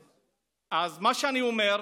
מה שאני אומר,